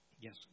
Yes